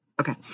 Okay